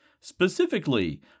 specifically